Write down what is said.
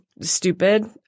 stupid